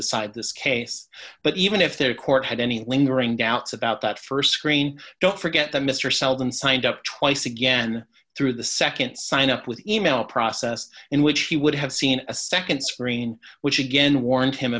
decide this case but even if their court had any lingering doubts about that st screen don't forget that mr seldom signed up twice again through the nd sign up with email process in which he would have seen a nd screen which again warned him